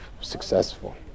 successful